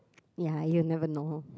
ya you never know